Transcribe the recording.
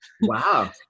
Wow